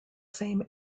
same